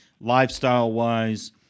lifestyle-wise